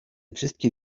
wszystkie